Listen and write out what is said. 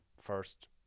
first